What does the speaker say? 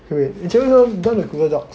okay wait we didn't even open the Google docs